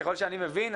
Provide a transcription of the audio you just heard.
ככל שאני מבין,